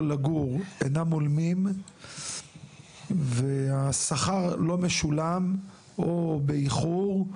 לגור אינם הולמים ,והשכר לא משולם או באיחור,